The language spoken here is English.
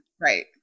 Right